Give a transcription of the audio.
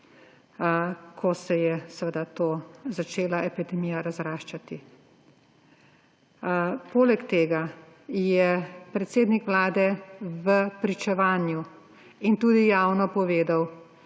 ko se je začela epidemija razraščati. Poleg tega je predsednik vlade v pričevanju in tudi javno povedal,